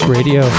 Radio